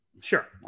Sure